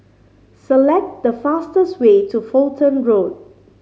select the fastest way to Fulton Road